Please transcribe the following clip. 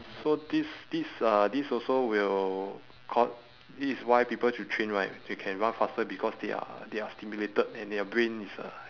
so this this uh this also will cau~ this is why people should train right they can run faster because they are they are stimulated and their brain is uh